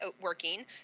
working